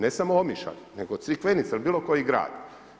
Ne samo Omišalj, nego Crikvenica ili bilo koji drag.